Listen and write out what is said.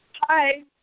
Hi